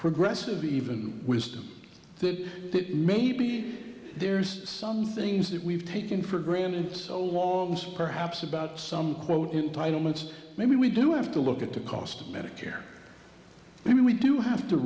progressive even wisdom that that maybe there's some things that we've taken for granted so long perhaps about some quote in title myths maybe we do have to look at the cost of medicare i mean we do have to